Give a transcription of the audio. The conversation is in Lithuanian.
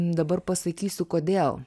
dabar pasakysiu kodėl